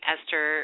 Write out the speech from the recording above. Esther